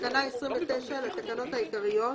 לתקנות העיקריות,